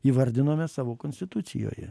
įvardinome savo konstitucijoje